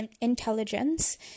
intelligence